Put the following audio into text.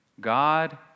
God